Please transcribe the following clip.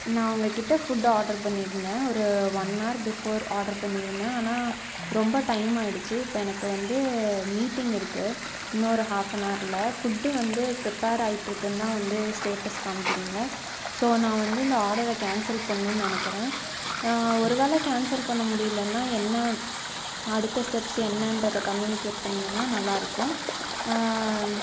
நான் உங்கள்கிட்ட food order பண்ணியிருந்தேன் ஒரு ஒன் ஹார் பிஃபோர் ஆர்ட்ரு பண்ணி இருந்தேன் ஆனால் ரொம்ப டைம் ஆயிடுச்சு இப்போ எனக்கு வந்து மீட்டிங் இருக்கு இன்னும் ஒரு ஹாஃப் அன் ஹாரில் ஃபுட்டு வந்து ப்ரிப்பேர் ஆயிற்றுக்குன்னு தான் வந்து ஸ்டேட்டஸ் காமிக்கிறீங்க ஸோ நான் வந்து இந்த ஆர்டர கேன்சல் பண்ணுன்னு நினைக்கிறேன் ஒரு வேளை கேன்சல் பண்ண முடியிலைன்னா என்ன அடுத்த ஸ்டெப்ஸ் என்னன்றதை கம்யூனிகேட் பண்ணிங்கன்னா நல்லா இருக்கும்